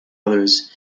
others